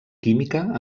química